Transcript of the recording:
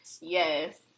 Yes